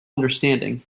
understanding